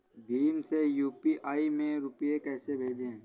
भीम से यू.पी.आई में रूपए कैसे भेजें?